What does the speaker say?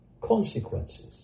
consequences